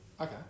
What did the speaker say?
Okay